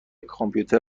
کامپیوتر